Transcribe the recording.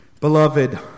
Beloved